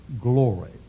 glory